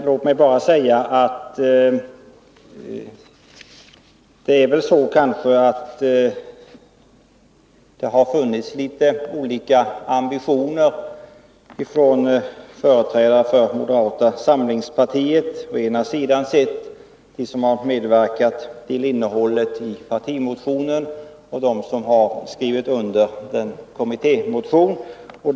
Låt mig bara säga att ambitionerna kanske varit litet olika när det gäller företrädarna för moderata samlingspartiet, dem som medverkat till innehål let i partimotionen och dem som har skrivit under kommittémotionen.